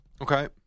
Okay